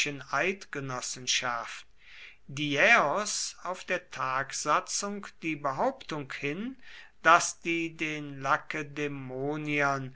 eidgenossenschaft diäos auf der tagsatzung die behauptung hin daß die den